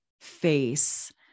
face